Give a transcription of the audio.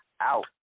out